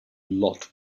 lotte